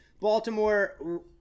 Baltimore